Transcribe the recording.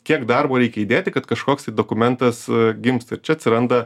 kiek darbo reikia įdėti kad kažkoks tai dokumentas gimsta čia atsiranda